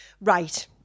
Right